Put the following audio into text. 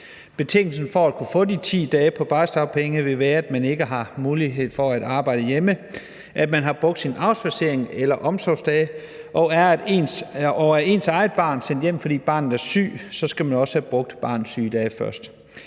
Betingelsen for at kunne få de 10 dage på barselsdagpenge vil være, at man ikke har mulighed for at arbejde hjemme, og at man har brugt sin afspadsering eller sine omsorgsdage. Er ens barn sendt hjem, fordi barnet er syg, så skal man også have brugt barnets sygedage først.